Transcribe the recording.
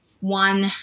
one